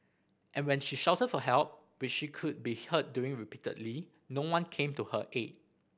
and when she shouted for help which she could be heard doing repeatedly no one came to her aid